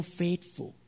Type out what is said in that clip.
faithful